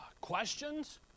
questions